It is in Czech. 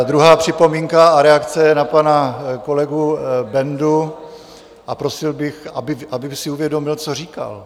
Druhá připomínka a reakce na pana kolegu Bendu a prosil bych, aby si uvědomil, co říkal.